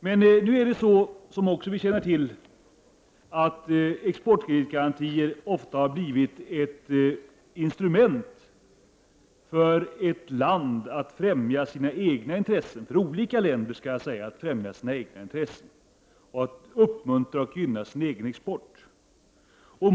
Vi känner dock till att exportkreditgarantier ofta har blivit ett instrument för olika länder att främja sina egna intressen och att uppmuntra och gynna sin egen export.